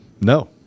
no